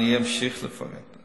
אני אמשיך לפרט.